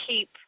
keep